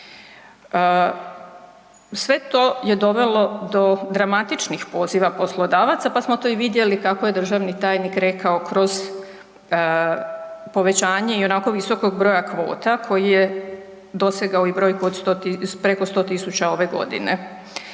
Sve to je dovelo do dramatičnih poslova poslodavaca pa smo to i vidjeli kako je državni tajnik rekao, kroz povećanje ionako visokog broja kvota koji je dosegao i brojku preko 100 000 ove godine.